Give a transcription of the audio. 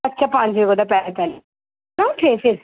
अच्छा पंज बजे दा पैह्ले पैह्ले ओके फिर